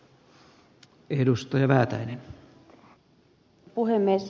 arvoisa puhemies